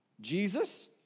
Jesus